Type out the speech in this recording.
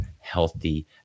healthy